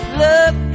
love